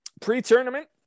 Pre-tournament